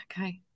okay